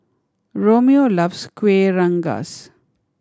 Romeo loves Kuih Rengas